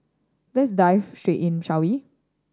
let's dive straight in shall we